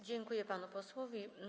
Dziękuję panu posłowi.